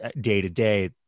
day-to-day